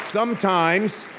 sometimes,